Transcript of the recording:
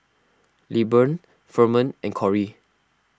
Lilburn Ferman and Cory